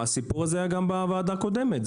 הסיפור הזה היה גם בוועדה הקודמת.